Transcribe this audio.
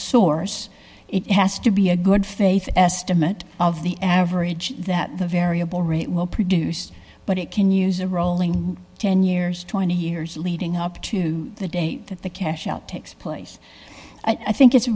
source it has to be a good faith estimate of the average that the variable rate will produce but it can use a rolling ten years twenty years leading up to the date that the cash out takes place i think it's